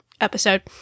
episode